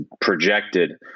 projected